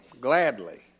gladly